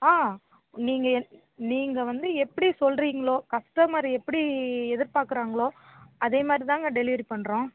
ஆ நீங்கள் என்ன நீங்கள் வந்து எப்படி சொல்கிறீங்களோ கஸ்டமர் எப்படி எதிர்பாக்கிறாங்களோ அதேமாதிரிதாங்க டெலிவரி பண்ணுறோம்